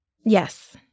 Yes